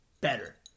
better